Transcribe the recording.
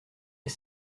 est